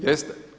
Jeste.